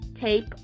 tape